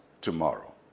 tomorrow